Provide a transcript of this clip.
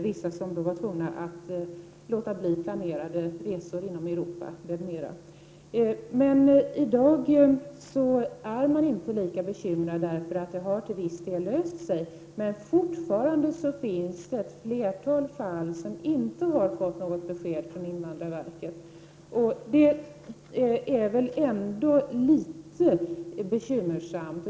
Vissa var tvungna att avstå från planerade resor i Europa m.m. I dag är man inte lika bekymrad, för problemen har till viss del löst sig. Fortfarande finns dock ett flertal som inte fått något besked från invandrarverket. Det är väl ändå litet bekymmersamt.